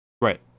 Right